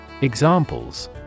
Examples